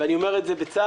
ואני אומר את זה בצער.